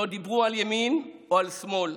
לא דיברו על ימין או על שמאל,